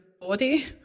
body